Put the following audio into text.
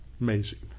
amazing